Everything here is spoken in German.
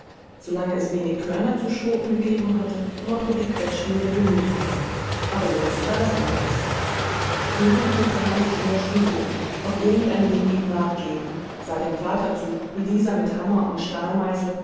es wenig körner zu schroten gegeben hatte mochte die quetschmühle genügt haben aber jetzt war das anders suchend blickte hans sich in der stube um ob irgendein ding ihm rat gäbe sah dem vater zu wie dieser mit hammer und